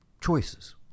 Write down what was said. choices